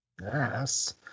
Yes